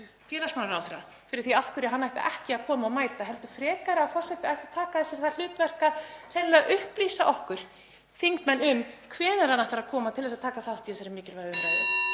félagsmálaráðherra fyrir því af hverju hann ætti ekki að koma og mæta. Frekar ætti forseti að taka að sér það hlutverk að hreinlega upplýsa okkur þingmenn um hvenær hann ætlar að koma til þess að taka þátt í þessari mikilvægu umræðu.